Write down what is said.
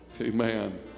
Amen